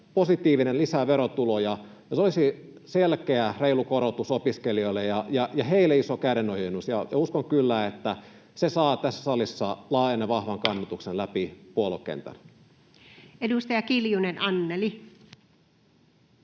positiivinen, lisää verotuloja ja se olisi selkeä, reilu korotus opiskelijoille ja heille iso kädenojennus. Uskon kyllä, että se saa tässä salissa laajan ja vahvan kannatuksen läpi puoluekentän. [Speech